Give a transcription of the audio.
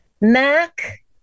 Mac